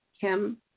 Kim